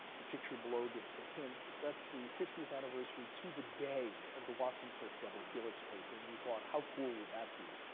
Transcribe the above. the picture below gives the hint. that's the fiftieth anniversary, to the day, of the watson-crick double helix paper. and we thought, how cool would that be,